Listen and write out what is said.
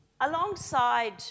Alongside